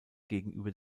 gegenüber